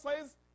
says